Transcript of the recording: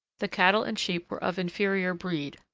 the cattle and sheep were of inferior breed,